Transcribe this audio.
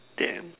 damn